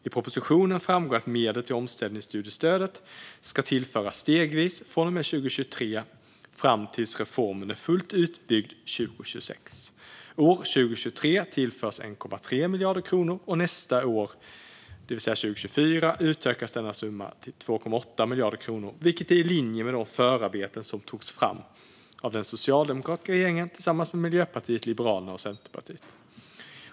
I propositionen framgår att medel till omställningsstudiestödet ska tillföras stegvis från och med 2023 fram tills reformen är fullt utbyggd 2026. År 2023 tillförs 1,3 miljarder kronor, och nästa år, 2024, utökas denna summa till 2,8 miljarder kronor, vilket är i linje med de förarbeten som togs fram av den socialdemokratiska regeringen tillsammans med Miljöpartiet, Liberalerna och Centerpartiet.